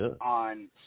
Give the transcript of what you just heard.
on